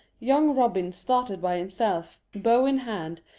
young robin started by himself, bow in hand,